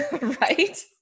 Right